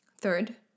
Third